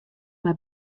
mei